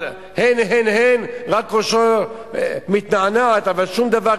אבל "הן, הן, הן", רק ראשו מתנענע, אבל שום דבר.